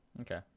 Okay